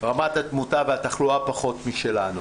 רמת התמותה והתחלואה פחותה משלנו.